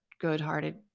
good-hearted